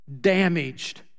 damaged